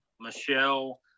Michelle